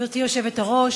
גברתי היושבת-ראש,